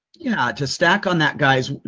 yeah to stack on that guys.